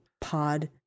pod